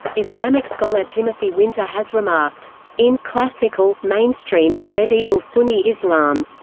islamic scholar timothy winter has remarked in classical, mainstream, medieval sunni islam.